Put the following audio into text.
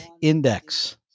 index